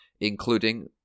including